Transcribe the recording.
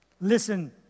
Listen